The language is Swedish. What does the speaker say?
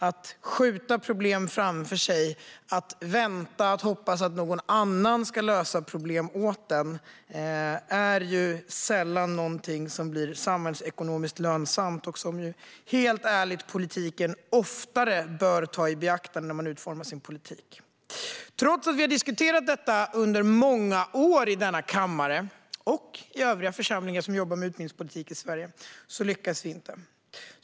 Att skjuta problem framför sig och hoppas att någon annan ska lösa dem åt en är sällan samhällsekonomiskt lönsamt. Det är något som, helt ärligt, politiker oftare bör ta i beaktande när de utformar sin politik. Trots att vi har diskuterat detta under många år i denna kammare och i övriga församlingar som jobbar med utbildningspolitik i Sverige lyckas vi inte.